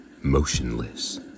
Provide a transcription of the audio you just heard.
motionless